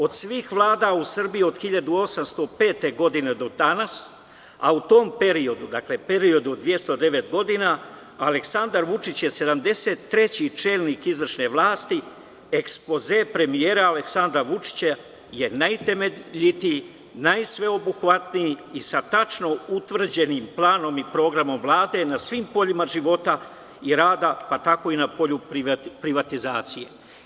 Od svih vlada u Srbiji od 1805. godine do danas, a u tom periodu, dakle u periodu od 209 godina, Aleksandar Vučić je 73 čelnik izvršne vlasti, ekspoze premijera Aleksandra Vučića je najtemeljitiji, najsveobuhvatniji i sa tačno utvrđenim planom i programom Vlade na svim poljima života i rada, pa tako i na polju privatizacije.